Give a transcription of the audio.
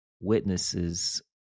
witnesses